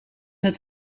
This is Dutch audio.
het